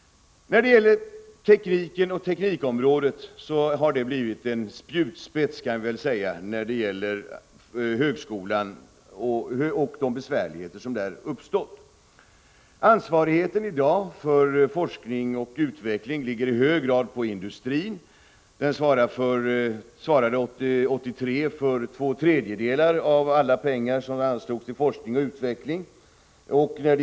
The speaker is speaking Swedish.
Teknikområdet och teknikerutbildningen har blivit något av en spjutspets i argumentationen beträffande de besvärligheter som uppstått inom högskolan. Ansvaret för forskning och utveckling ligger i dag i hög grad på industrin. Denna svarade 1983 för två tredjedelar av alla pengar som anslogs till forskning och utveckling.